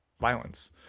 violence